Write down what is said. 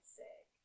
sick